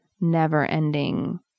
never-ending